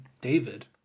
David